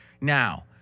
Now